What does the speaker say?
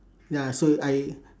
ya so I